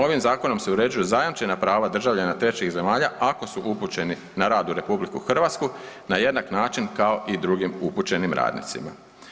Ovim zakonom se uređuju zajamčena prava državljana trećih zemalja ako su upućeni na rad u RH na jednak način kao i drugim upućenim radnicima.